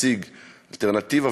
מציג אלטרנטיבה,